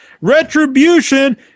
Retribution